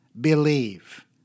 believe